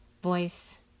Voice